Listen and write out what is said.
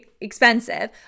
expensive